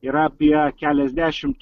yra apie keliasdešimt